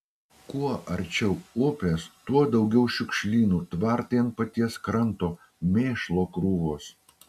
kuo arčiau upės tuo daugiau šiukšlynų tvartai ant paties kranto mėšlo krūvos